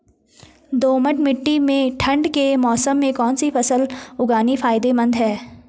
दोमट्ट मिट्टी में ठंड के मौसम में कौन सी फसल उगानी फायदेमंद है?